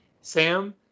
Sam